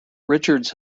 richards